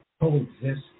coexist